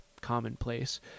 commonplace